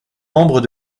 membres